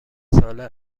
ساله